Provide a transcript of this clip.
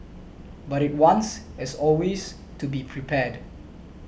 but it wants as always to be prepared